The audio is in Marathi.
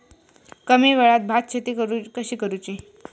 कमी वेळात भात शेती कशी करुची?